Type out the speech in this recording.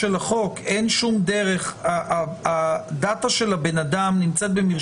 כיוונו לדעתכם במובן הזה,